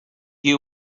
you